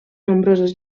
nombrosos